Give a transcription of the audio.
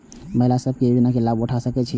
महिला सब भी योजना के लाभ उठा सके छिईय?